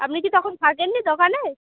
আপনি কি তখন থাকেন নি দোকানে